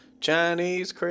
Chinese